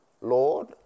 Lord